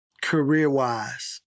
career-wise